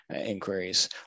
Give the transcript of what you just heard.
inquiries